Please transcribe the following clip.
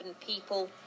people